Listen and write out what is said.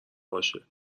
باشه